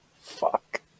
Fuck